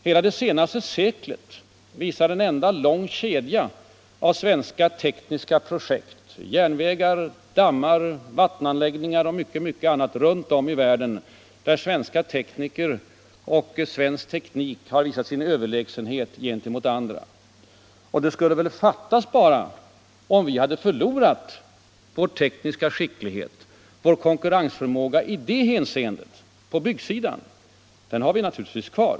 Hela det senaste seklet visar en enda lång kedja av svenska tekniska projekt — järnvägar, dammar, bevattningsanläggningar och mycket annat — runt om i världen, där svenska tekniker och svensk teknik har visat sin överlägsenhet gentemot andra. Det skulle väl bara fattas att vi hade förlorat vår tekniska skicklighet, vår konkurrensförmåga i det hänseendet på byggsidan. Den har vi naturligtvis kvar.